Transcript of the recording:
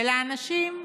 ולאנשים,